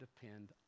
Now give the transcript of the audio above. depend